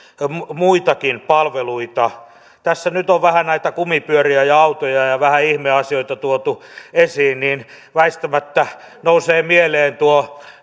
muitakin palveluita tässä kun nyt on näitä kumipyöriä ja autoja ja ja vähän ihmeasioita tuotu esiin niin väistämättä nousee mieleen